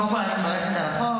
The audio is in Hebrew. קודם כול, אני מברכת על החוק.